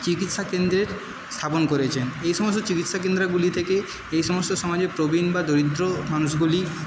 চিকিৎসা কেন্দ্রের স্থাপন করেছেন এই সমস্ত চিকিৎসা কেন্দ্রগুলি থেকেই এই সমস্ত সমাজের প্রবীণ বা দরিদ্র মানুষগুলি